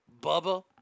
Bubba